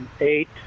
Eight